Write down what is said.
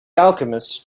alchemist